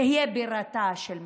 תהיה בירתה של פלסטין.